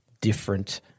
different